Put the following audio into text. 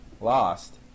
Lost